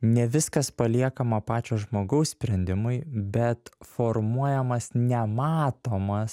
ne viskas paliekama pačio žmogaus sprendimui bet formuojamas nematomas